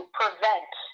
prevent